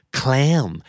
clam